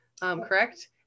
correct